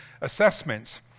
assessments